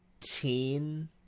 teen